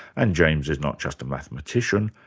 and james is not just a mathematician,